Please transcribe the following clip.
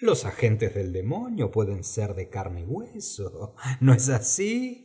loa agentes del demonio pueden ser de carne y hueso no es así